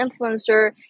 influencer